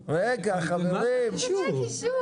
מה שאומרים הוא שמספיק הקישור.